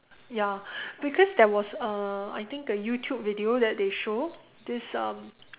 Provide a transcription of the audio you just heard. ya because there was uh I think a YouTube video that they show this um